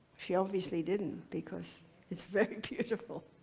she obviously didn't because it's very beautiful.